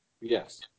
yes